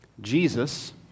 Jesus